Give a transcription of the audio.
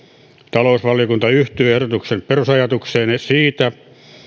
talousvaliokunta yhtyy ehdotuksen perusajatukseen siitä